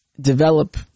develop